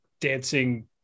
dancing